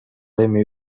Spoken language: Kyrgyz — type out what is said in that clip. эми